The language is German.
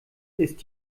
ist